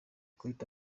kwita